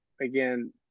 again